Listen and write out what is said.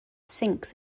sinks